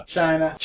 China